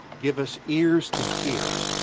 give us ears to hear.